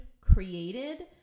created